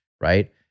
right